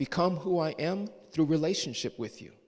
become who i am through relationship with you